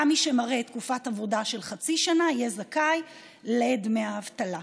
גם מי שמראה תקופת עבודה של חצי שנה יהיה זכאי לדמי האבטלה.